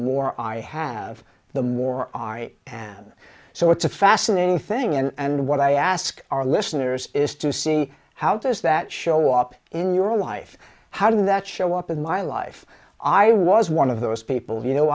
more i have the more i am so it's a fascinating thing and what i asked our listeners is to see how does that show up in your own life how did that show up in my life i was one of those people you know